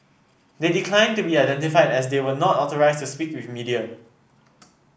they declined to be identified as they were not authorised to speak with media